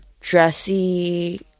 dressy